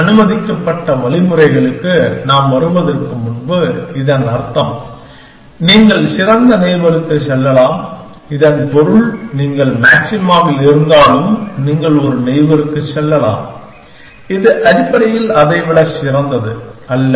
எனவே அனுமதிக்கப்பட்ட வழிமுறைகளுக்கு நாம் வருவதற்கு முன்பு இதன் அர்த்தம் நீங்கள் சிறந்த நெய்பருக்கு செல்லலாம் இதன் பொருள் நீங்கள் மாக்ஸிமாவில் இருந்தாலும் நீங்கள் ஒரு நெய்பருக்குச் செல்லலாம் இது அடிப்படையில் அதைவிட சிறந்தது அல்ல